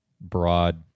broad